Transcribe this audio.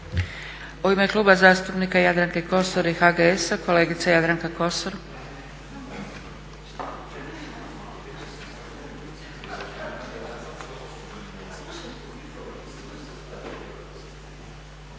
U ime Kluba zastupnika Jadranke Kosor i HGS-a, kolegica Jadranka Kosor.